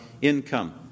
income